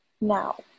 now